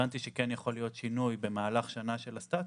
הבנתי שכן יכול להיות שינוי במהלך שנה של הסטטוס.